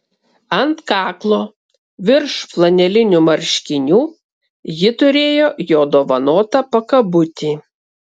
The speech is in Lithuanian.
ant kaklo virš flanelinių marškinių ji turėjo jo dovanotą pakabutį